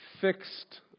fixed